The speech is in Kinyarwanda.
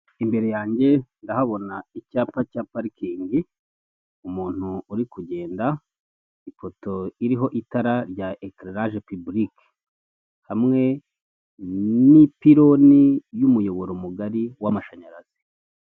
Imbere yanjye ndahabona icyapa cya parikingi, umuntu uri kugenda, ipoto iriho itara rya ekararaje piburike hamwe n'ipironi y'umuyoboro mugari w'amashanyarazi.